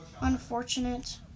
unfortunate